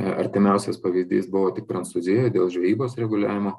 artimiausias pavyzdys buvo tik prancūzija dėl žvejybos reguliavimo